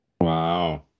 Wow